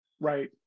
Right